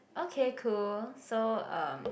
okay cool so um